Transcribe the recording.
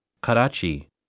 Karachi